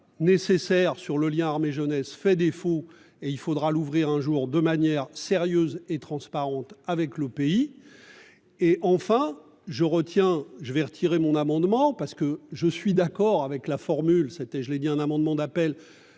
nécessaire sur le lien armée jeunesse fait défaut et il faudra l'ouvrir un jour de manière sérieuse et transparente avec le pays. Et enfin je retiens je vais retirer mon amendement parce que je suis d'accord avec la formule c'était je l'ai dit un amendement d'appel